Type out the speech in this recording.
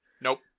Nope